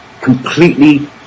completely